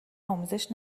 آموزش